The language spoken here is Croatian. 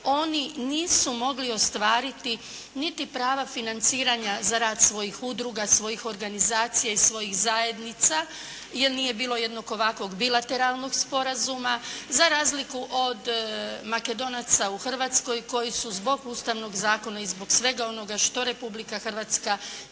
oni nisu mogli ostvariti niti prava financiranja za rad svojih udruga, svojih organizacija i svojih zajednica, jer nije bilo jednog ovakvog bilateralnog sporazuma. Za razliku od Makedonaca u Hrvatskoj koji su zbog Ustavnog zakona i zbog svega onoga što Republika Hrvatska